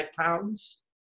pounds